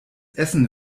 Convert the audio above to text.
essen